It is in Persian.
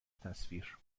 تصویر